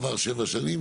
עברו שבע שנים,